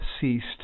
ceased